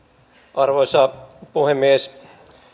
arvoisa puhemies